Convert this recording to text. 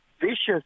vicious